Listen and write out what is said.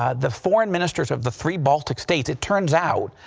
ah the foreign ministers of the three baltic states, it turns out,